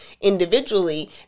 individually